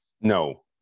no